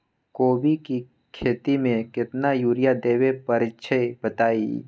कोबी के खेती मे केतना यूरिया देबे परईछी बताई?